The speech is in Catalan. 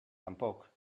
tampoc